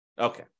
Okay